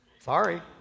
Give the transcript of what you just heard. Sorry